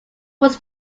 was